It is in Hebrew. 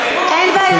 אין בעיה עם היישום.